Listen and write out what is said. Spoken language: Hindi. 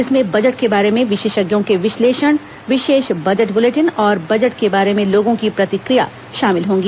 इसमें बजट के बारे में विशेषज्ञों के विश्लेषण विशेष बजट बुलेटिन और बजट के बारे में लोगों की प्रतिक्रिया शामिल होंगी